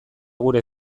gure